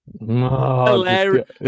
hilarious